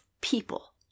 people